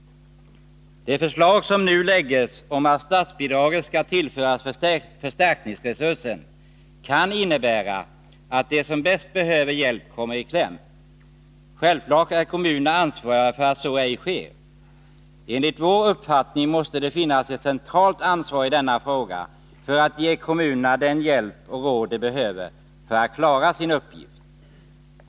Det förslag som nu läggs om att statsbidraget skall tillföras förstärkningsresurser kan innebära att de som bäst behöver hjälp kommer i kläm. Självfallet är kommunerna ansvariga för att så ej sker. Enligt vår uppfattning måste det finnas ett centralt ansvar i denna fråga för att ge kommunerna den hjälp och de råd de behöver för att klara sin uppgift.